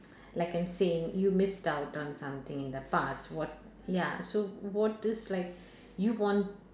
like I'm saying you missed out on something in the past what ya so what is like you want